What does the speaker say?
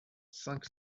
cinq